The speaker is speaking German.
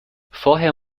vorher